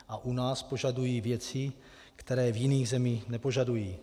A u nás požadují věci, které v jiných zemích nepožadují.